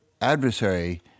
adversary